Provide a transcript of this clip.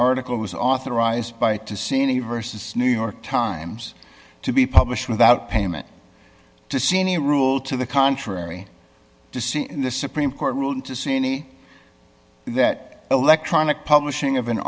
article was authorized by to see any versus new york times to be published without payment to see any rule to the contrary to see the supreme court ruling to see any that electronic publishing of an